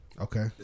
Okay